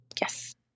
yes